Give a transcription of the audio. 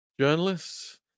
journalists